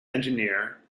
engineer